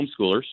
homeschoolers